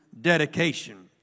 dedication